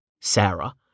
Sarah